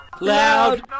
Loud